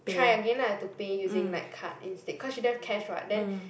try again lah to pay using like card instead cause she don't have cash [what] then